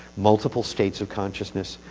multiple states of consciousness,